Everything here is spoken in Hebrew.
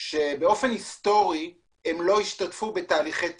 שבאופן היסטורי לא השתתפו בתהליכי תקשוב.